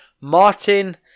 Martin